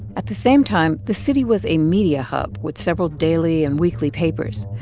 at the same time, the city was a media hub with several daily and weekly papers,